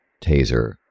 Taser